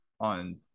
on